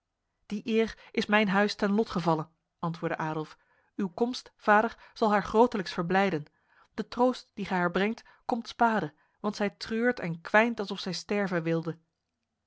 die eer is mijn huis ten lot gevallen antwoordde adolf uw komst vader zal haar grotelijks verblijden de troost die gij haar brengt komt spade want zij treurt en kwijnt alsof zij sterven wilde